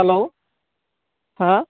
hello ᱦᱮᱸ